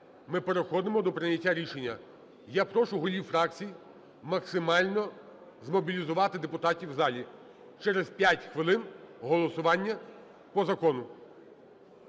ми переходимо до прийняття рішення. Я прошу голів фракцій максимально змобілізувати депутатів у залі. Через 5 хвилин – голосування по закону.